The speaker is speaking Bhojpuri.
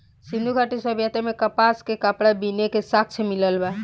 सिंधु घाटी सभ्यता में कपास के कपड़ा बीने के साक्ष्य मिलल बा